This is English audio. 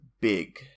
Big